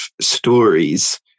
stories